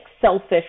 selfish